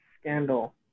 scandal